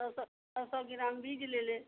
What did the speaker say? सौ सौ सौ सौ ग्राम बीज ले लें